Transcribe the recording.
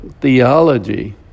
theology